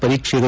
ಪರೀಕ್ಷೆಗಳು